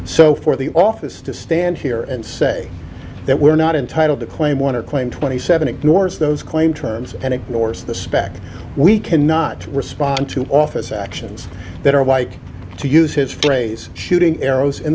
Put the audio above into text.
so for the office to stand here and say that we're not entitle to claim want to claim twenty seven ignores those claim terms and ignores the spec we cannot respond to office actions that are like to use his phrase shooting arrows